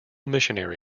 missionary